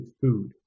food